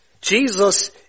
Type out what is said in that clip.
Jesus